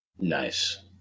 Nice